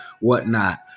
whatnot